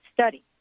study